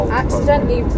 accidentally